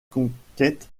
conquête